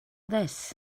this